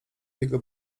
jego